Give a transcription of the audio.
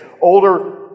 older